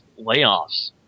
layoffs